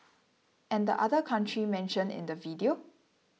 and the other country mentioned in the video